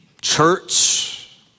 church